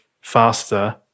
faster